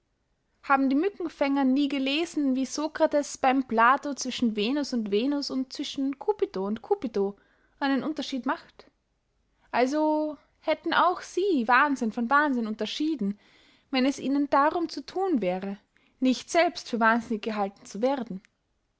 haben die mückenfänger nie gelesen wie sokrates beym plato zwischen venus und venus und zwischen cupido und cupido einen unterschied macht also hätten auch sie wahnsinn von wahnsinn unterschieden wenn es ihnen darum zu thun wäre nicht selbst für wahnsinnig gehalten zu werden